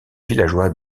villageois